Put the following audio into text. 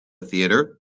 theater